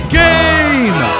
game